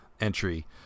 entry